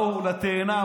באו לתאנה,